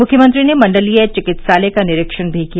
मुख्यमंत्री ने मण्डलीय चिकित्सालय का निरीक्षण भी किया